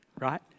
Right